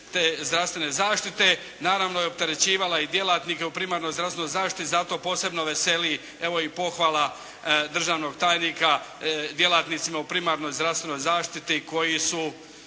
zdravstvene zaštite, naravno i opterećivala i djelatnike u primarnoj zdravstvenoj zaštiti. Zato posebno veseli evo, i pohvala državnog tajnika djelatnicima u primarnoj zdravstvenoj zaštiti koji su